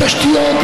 בתשתיות,